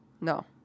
No